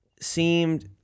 seemed